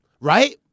Right